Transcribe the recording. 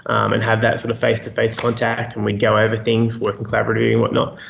and have that sort of face-to-face contact, and we'd go over things, working collaboratively and what not.